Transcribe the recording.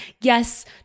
yes